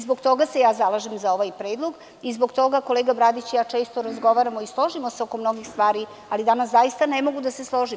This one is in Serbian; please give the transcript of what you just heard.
Zbog toga se ja zalažem za ovaj predlog i zbog toga kolega Bradić i ja često razgovaramo i složimo se oko mnogih stvari, ali danas zaista ne mogu da se složim.